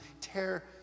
tear